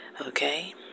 Okay